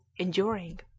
enduring